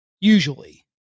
usually